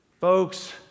Folks